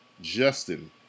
Justin